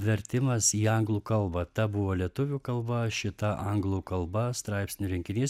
vertimas į anglų kalbą ta buvo lietuvių kalba šita anglų kalba straipsnių rinkinys